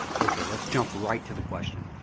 okay, let's jump right to the question.